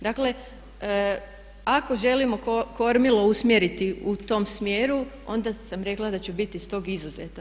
Dakle ako želimo kormilo usmjeriti u tom smjeru onda sam rekla da ću biti s tog izuzeta.